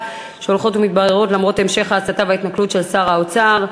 הולכות ומתבררות למרות המשך ההסתה וההתנכלות של שר האוצר,